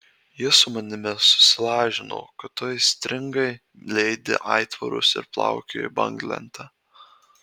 jis su manimi susilažino kad tu aistringai leidi aitvarus ir plaukioji banglente